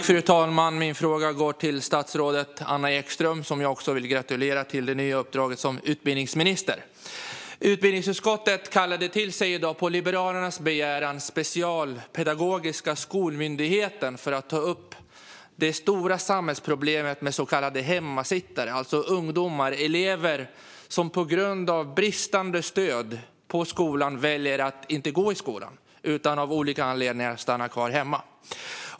Fru talman! Min fråga går till statsrådet Anna Ekström, som jag också vill gratulera till det nya uppdraget som utbildningsminister. Utbildningsutskottet kallade i dag på Liberalernas begäran till sig Specialpedagogiska skolmyndigheten för att ta upp det stora samhällsproblemet med så kallade hemmasittare, alltså ungdomar - elever - som på grund av bristande stöd på skolan väljer att inte gå i skolan utan av olika anledningar stannar kvar hemma.